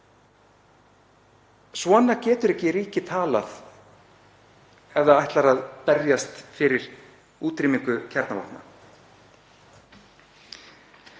Svona getur ríki ekki talað ef það ætlar að berjast fyrir útrýmingu kjarnavopna.